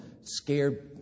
scared